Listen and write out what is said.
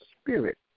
spirit